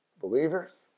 believers